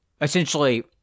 essentially